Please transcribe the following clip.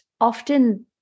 often